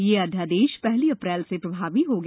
यह अध्यादेश पहली अप्रैल से प्रभावी हो गया